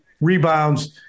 rebounds